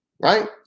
Right